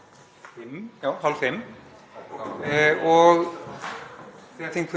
og